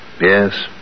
Yes